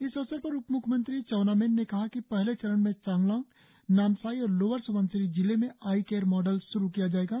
इस अवसर पर उप मुख्यमंत्री चाउना मैन ने कहा कि पहले चरण में चांगलांग नामसाई और लोअर सुबनसिरी जिले में आई केयर मॉडल श्रु किया जाएगा